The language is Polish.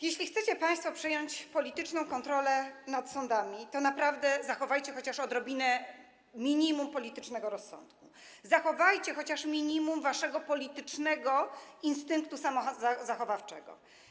Jeśli chcecie państwo przejąć polityczną kontrolę nad sądami, to naprawdę zachowajcie chociaż odrobinę, minimum politycznego rozsądku, zachowajcie chociaż minimum waszego politycznego instynktu samozachowawczego.